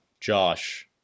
Josh